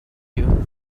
you